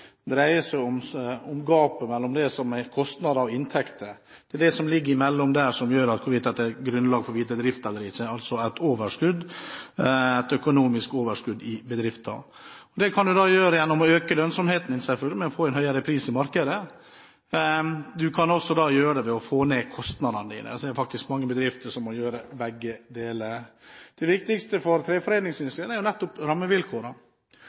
bedrift dreier seg om gapet mellom det som er kostnader og inntekter. Det er det som ligger imellom der, som avgjør hvorvidt det er grunnlag for videre drift eller ikke, altså et økonomisk overskudd i bedriften. Det kan du oppnå gjennom å øke lønnsomheten din, selvfølgelig, ved å få en høyere pris i markedet. Du kan også oppnå det ved å få ned kostnadene dine. Det er faktisk mange bedrifter som må gjøre begge deler. Det viktigste for treforedlingsindustrien er nettopp